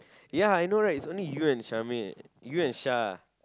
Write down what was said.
ya I know right it's only you and Shamil you and Shah